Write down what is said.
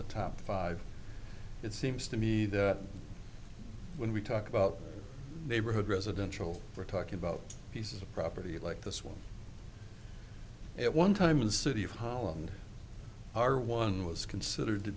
the top five it seems to me that when we talk about neighborhood residential we're talking about pieces of property like this one at one time in the city of holland our one was considered to